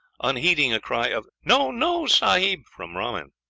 unheeding a cry of no, no, sahib from rahman.